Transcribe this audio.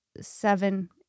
seven